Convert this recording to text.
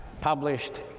published